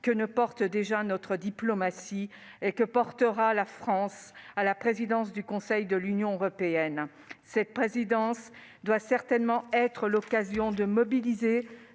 que ne porte déjà notre diplomatie et que ne portera la France à la présidence du Conseil de l'Union européenne. Cette présidence doit certainement être l'occasion de mobiliser